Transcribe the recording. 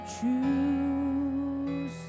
choose